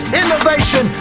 innovation